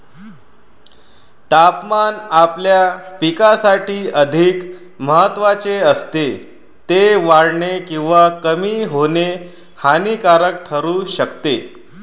तापमान आपल्या पिकासाठी अधिक महत्त्वाचे असते, ते वाढणे किंवा कमी होणे हानिकारक ठरू शकते